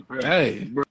Hey